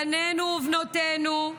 בנינו ובנותינו,